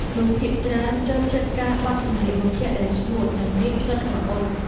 មនុស្សភាគច្រើនចូលចិត្តការបត់សម្លៀកបំពាក់ដែលស្ងួត និងមានក្លិនក្រអូប។